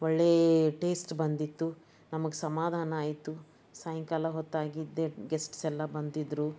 ಒಳ್ಳೆಯ ಟೇಸ್ಟ್ ಬಂದಿತ್ತು ನಮಗೆ ಸಮಾಧಾನ ಆಯಿತು ಸಾಯಂಕಾಲ ಹೊತ್ತಾಗಿದ್ದೆ ಗೆಸ್ಟ್ಸ್ ಎಲ್ಲ ಬಂದಿದ್ದರು